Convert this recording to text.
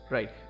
Right